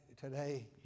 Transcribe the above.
today